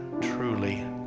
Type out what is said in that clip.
truly